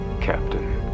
Captain